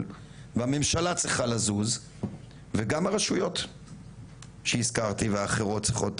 והממשלה צריכה לזוז וגם הרשויות שהזכרתי ואחרות צריכות